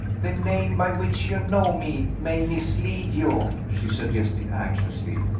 the name by which you know me may mislead you, she suggested anxiously.